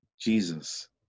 Jesus